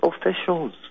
Officials